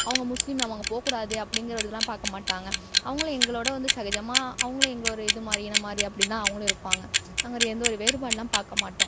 அவங்க முஸ்லீம் நம்ம அங்கே போகக்கூடாது அப்படிங்கிற ஒரு இதெலாம் பார்க்க மாட்டாங்க அவங்களும் எங்களோடயே வந்து சகஜமாக அவங்களும் எங்களை ஒரு இது மாதிரி இனம் மாதிரி அப்படிதான் அவங்களும் இருப்பாங்க நாங்கள் ஒரு எந்த ஒரு வேறுபாடெலாம் பார்க்க மாட்டோம்